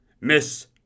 Miss